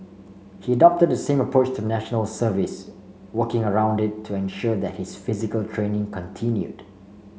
he adopted the same approach to National Service working around it to ensure that his physical training continued